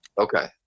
Okay